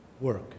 work